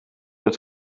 het